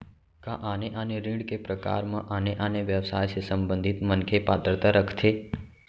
का आने आने ऋण के प्रकार म आने आने व्यवसाय से संबंधित मनखे पात्रता रखथे?